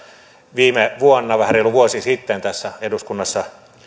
viime vuonna vähän reilu vuosi sitten tässä eduskunnassa